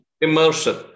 Immersion